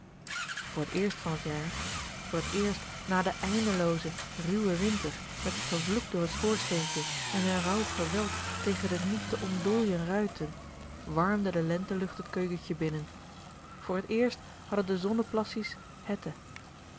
voor t eerst van t jaar voor t eerst na den eindeloozen ruwen winter met z'n gevloek door t schoorsteentje en z'n rauw geweld tegen de niet te ontdooien ruiten warmde de lentelucht t keukentje binnen voor t eerst hadden de zonneplassies hètte